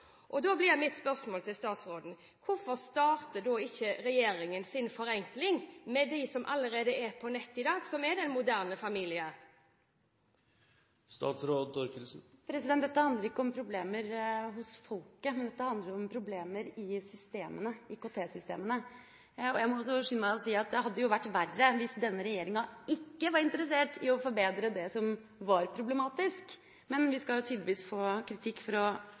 Da blir mitt spørsmål til statsråden: Hvorfor starter ikke regjeringen sin forenkling med dem som allerede er på nett i dag, den moderne familie? Dette handler jo ikke om problemer hos folket, dette handler om problemer i IKT-systemene. Jeg må også skynde meg å si at det hadde vært verre hvis denne regjeringa ikke var interessert i å forbedre det som var problematisk. Men vi skal jo tydeligvis også få kritikk